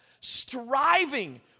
striving